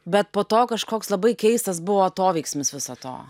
bet po to kažkoks labai keistas buvo atoveiksmis viso to